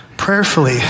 Prayerfully